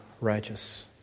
righteous